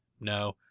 No